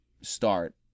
start